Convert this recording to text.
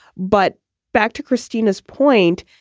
but back to christina's point.